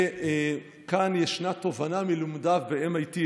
וכאן ישנה תובנה מלימודיו ב-MIT,